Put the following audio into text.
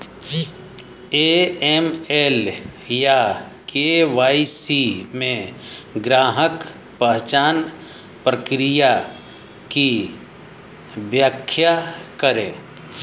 AML या KYC में ग्राहक पहचान प्रक्रिया की व्याख्या करें?